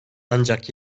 ancak